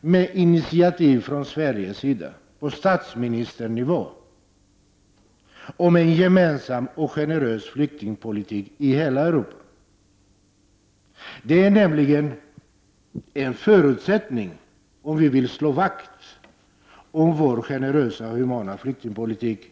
med initiativ från Sveriges sida på statsministernivå om en gemensam och generös flyktingpolitik i hela Europa. Det är nämligen en förutsättning, om vi vill slå vakt om vår generösa och humana flyktingpolitik.